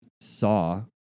saw